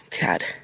God